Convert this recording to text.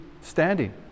standing